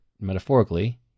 metaphorically